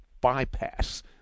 bypass